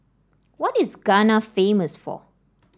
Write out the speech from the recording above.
what is Ghana famous for